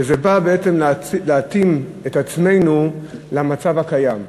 וזה בא בעצם להתאים את עצמנו למצב הקיים.